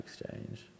exchange